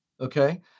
okay